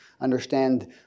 understand